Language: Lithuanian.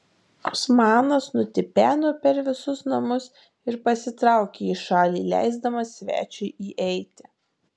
osmanas nutipeno per visus namus ir pasitraukė į šalį leisdamas svečiui įeiti